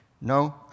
No